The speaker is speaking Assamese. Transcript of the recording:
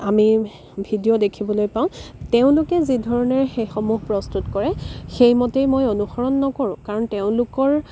আমি ভিডিঅ' দেখিবলৈ পাওঁ তেওঁলোকে যিধৰণৰে সেইসমূহ প্ৰস্তুত কৰে সেইমতেই মই অনুসৰণ নকৰোঁ কাৰণ তেওঁলোকৰ